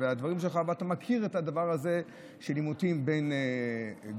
ואתה מכיר את הדבר הזה של עימותים בין נבחרים.